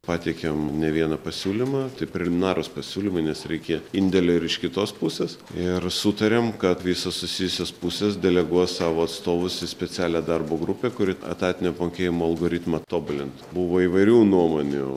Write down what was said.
pateikėm ne vieną pasiūlymą tai preliminarūs pasiūlymai nes reikia indėlio ir iš kitos pusės ir sutarėm kad visos susijusios pusės deleguos savo atstovus į specialią darbo grupę kuri etatinio apmokėjimo algoritmą tobulintų buvo įvairių nuomonių